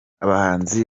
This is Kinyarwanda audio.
abahanzi